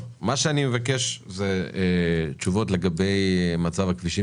מה שאני מבקש זה תשובות על מה שנשאל כאן לגבי מצב הכבישים